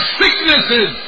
sicknesses